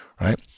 right